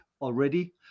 already